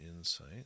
insight